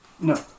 No